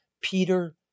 Peter